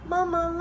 Mama